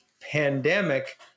pandemic